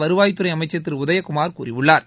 வருவாய்த்துறை அமைச்சா் திரு உதயகுமாா் கூறியுள்ளாா்